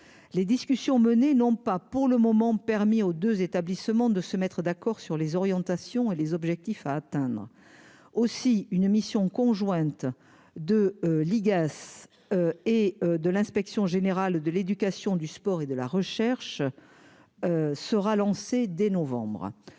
les discussions menées non pas pour le moment, permis aux 2 établissements de se mettre d'accord sur les orientations et les objectifs à atteindre aussi une mission conjointe de l'IGAS et de l'inspection générale de l'Éducation du sport et de la recherche sera lancé dès novembre,